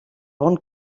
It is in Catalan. bon